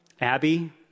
Abby